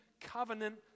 Covenant